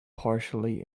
partially